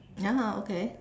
(uh huh) okay